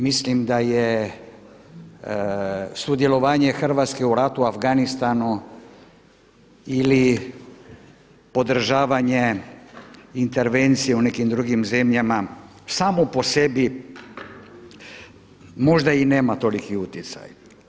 Mislim da je sudjelovanje Hrvatske u ratu u Afganistanu ili podržavanje intervencije u nekim drugim zemljama samo po sebi možda i nema toliki utjecaj.